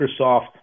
Microsoft